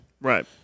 Right